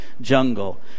jungle